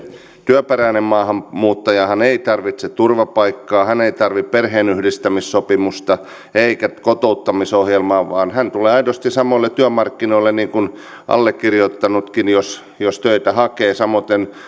työperäinen maahanmuuttajahan ei tarvitse turvapaikkaa hän ei tarvitse perheenyhdistämissopimusta eikä kotouttamisohjelmaa vaan hän tulee aidosti samoille työmarkkinoille niin kuin allekirjoittanutkin jos jos töitä hakee samoiten